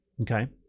Okay